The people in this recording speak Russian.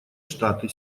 штаты